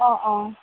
অঁ অঁ